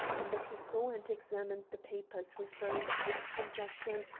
and that he saw and examined the papers referring to this transaction,